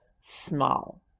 small